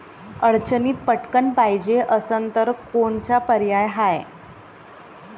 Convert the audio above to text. अडचणीत पटकण पायजे असन तर कोनचा पर्याय हाय?